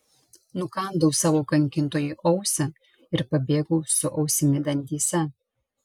nukandau savo kankintojui ausį ir pabėgau su ausimi dantyse